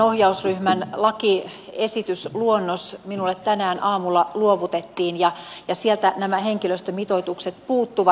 todellakin tuo ohjausryhmän lakiesitysluonnos minulle tänään aamulla luovutettiin ja sieltä nämä henkilöstömitoitukset puuttuvat